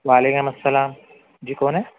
وعلیکم السلام جی کون ہیں